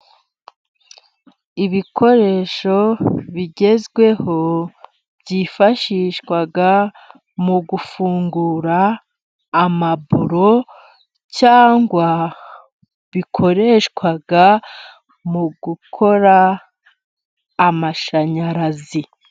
Ibikoresho bigezweho byifashishwa mu gufungura amaburo，cyangwa bikoreshwa mu gukora amashanyarazi.